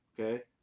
okay